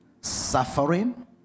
Suffering